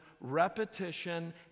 repetition